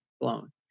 blown